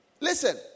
Listen